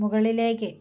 മുകളിലേക്ക്